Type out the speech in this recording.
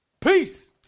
Peace